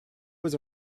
was